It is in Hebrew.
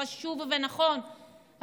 חשוב ונכון,